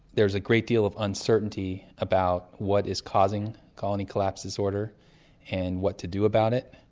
there's a great deal of uncertainty about what is causing colony collapse disorder and what to do about it.